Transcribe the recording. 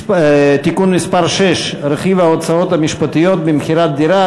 (תיקון מס' 6) (רכיב ההוצאות המשפטיות במכירת דירה),